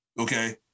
Okay